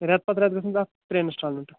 ریٚتہِ پَتہٕ ریٚتہِ گَژھن اتھ ترٛےٚ اِنسٹالمینٹ